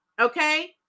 Okay